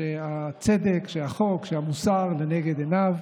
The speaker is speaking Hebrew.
שהצדק, שהחוק, שהמוסר, הם לנגד עיניו.